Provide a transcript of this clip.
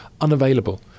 unavailable